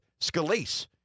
Scalise